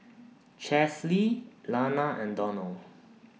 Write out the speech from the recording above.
Chesley Lana and Donell